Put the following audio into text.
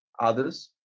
others